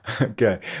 Okay